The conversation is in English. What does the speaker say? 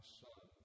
son